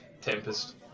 Tempest